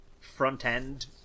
front-end